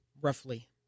roughly